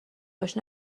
باش